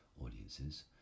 audiences